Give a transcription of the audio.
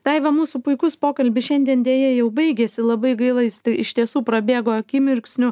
daiva mūsų puikus pokalbis šiandien deja jau baigiasi labai gaila jis iš tiesų prabėgo akimirksniu